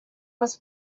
was